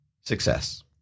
success